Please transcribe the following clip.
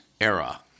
era